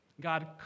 God